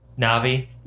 Navi